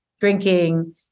drinking